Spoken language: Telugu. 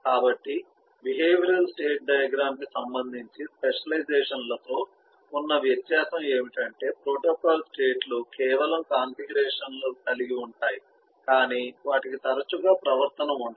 కాబట్టి బిహేవియరల్ స్టేట్ డయాగ్రమ్ కి సంబంధించి స్పెషలైజేషన్లతో ఉన్న వ్యత్యాసం ఏమిటంటే ప్రోటోకాల్ స్టేట్ లు కేవలం కాన్ఫిగరేషన్ను కలిగి ఉంటాయి కాని వాటికి తరచుగా ప్రవర్తన ఉండదు